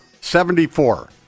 Seventy-four